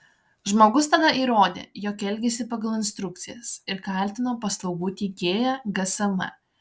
žmogus tada įrodė jog elgėsi pagal instrukcijas ir kaltino paslaugų teikėją gsm